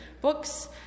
books